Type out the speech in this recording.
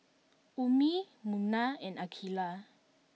Ummi Munah and Aqilah